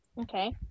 Okay